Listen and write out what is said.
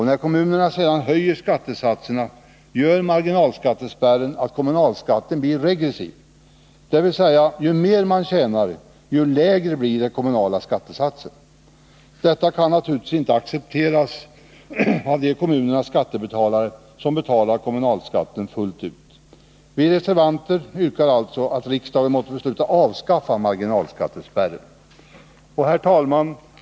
När kommunerna sedan höjer skattesatserna gör marginalskattespärren att kommunalskatten blir regressiv, dvs. ju mera man tjänar, desto lägre blir den kommunala skattesatsen. Detta kan naturligtvis inte accepteras av de kommunernas skattebetalare som betalar kommunalskatt fullt ut. Vi reservanter yrkar alltså att riksdagen måtte besluta avskaffa marginalskattespärren. Herr talman!